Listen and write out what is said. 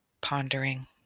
pondering